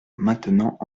maintenant